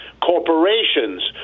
corporations